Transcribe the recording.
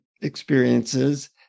experiences